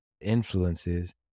influences